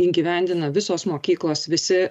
įgyvendina visos mokyklos visi